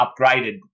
upgraded